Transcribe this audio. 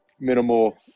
minimal